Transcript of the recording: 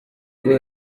rwo